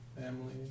Family